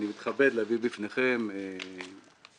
אני מתכבד להביא בפניכם רשימה